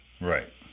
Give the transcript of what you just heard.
Right